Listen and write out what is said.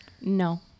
no